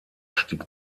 stieg